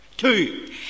Two